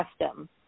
custom